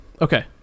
okay